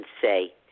say